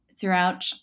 throughout